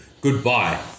goodbye